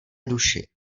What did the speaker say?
duši